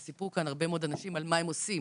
וסיפרו כאן הרבה מאוד אנשים על מה הם עושים,